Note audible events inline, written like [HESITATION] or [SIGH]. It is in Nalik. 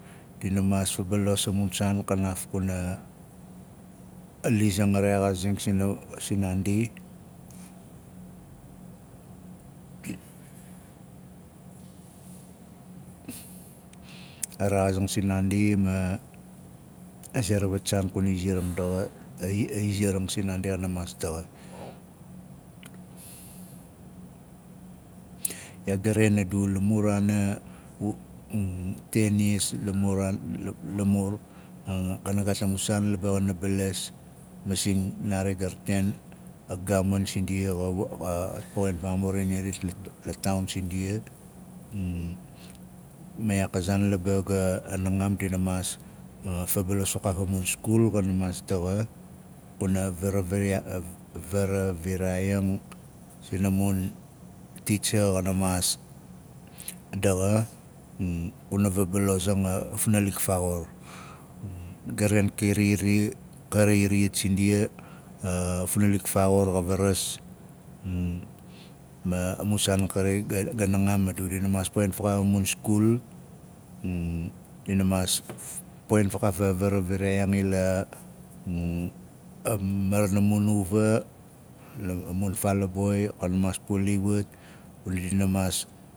Dina maas fabalos a mun saan kanaaf kuna a lizang a rexaazing sinaandi a rexaazang sinaandi ma a ze ra wat a ze ra wat saan kuna iziaring ndaxa ai- aiziaranf sinaandi xana maas daxa iyaak ga rein adu la muraana [HESITATION] ten iyas la muraan [HESITATION] lamur kana gaat a nun saan laba xana balas masing naari ga rataain a gaaman sindia xa wo- woxat poxin faamumuring la- la taaun sindia ma iyaak a zaan laba ga a nangam dina maas gabalos fakaaf a mun skul xaan maas daxa viraa vara varaviraaiang sina mun titsa xana maas daxa [HESITATION] xuna vabalozaang a funalik faaxur ga rein kari ri- kari iriyat sindia a funalik faaxur xa varas [HESITATION] ma a mun saan kari ga- ga nangam dina maas poxin fakaav a mun skul [HESITATION] dina maas poxin fakaaf a varavivaai ang ila [HESITATION] am- marana mun uva la mun faal a boi xana maas puliwat kuna dina maas